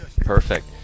Perfect